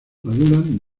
maduran